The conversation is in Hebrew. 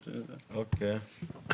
אוקיי.